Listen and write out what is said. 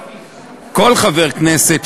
כל חבר כנסת,